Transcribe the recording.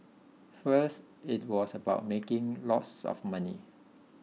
first it was about making lots of money